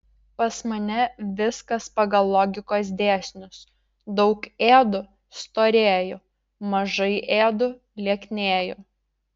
pas mane viskas pagal logikos dėsnius daug ėdu storėju mažai ėdu lieknėju